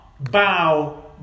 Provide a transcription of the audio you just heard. bow